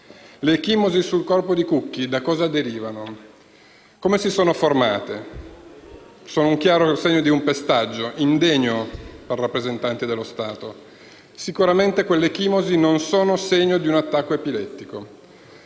Le ecchimosi sul corpo di Cucchi da cosa derivano? Come si sono formate? Sono un chiaro segno di pestaggio, indegno per rappresentanti dello Stato. Sicuramente quelle ecchimosi non sono segno di un attacco epilettico.